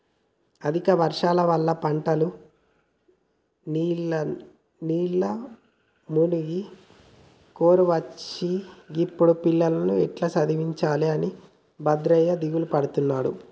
అధిక వర్షాల వల్ల పంటలు నీళ్లల్ల మునిగి కరువొచ్చే గిప్పుడు పిల్లలను ఎట్టా చదివించాలె అని భద్రయ్య దిగులుపడుతుండు